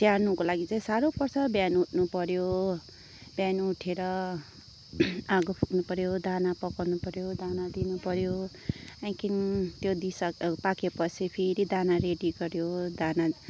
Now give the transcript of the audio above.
स्याहार्नुको लागि चाहिँ साह्रो पर्छ बिहान उठ्नु पऱ्यो बिहान उठेर आगो फुक्नु पऱ्यो दाना पकाउनु पऱ्यो दाना दिनु पऱ्यो त्यहाँदेखि त्यो दिइसकेर पाक्यो पछि फेरि दाना रेडी गऱ्यो दाना